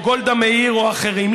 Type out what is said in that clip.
או גולדה מאיר או אחרים,